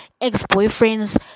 ex-boyfriend's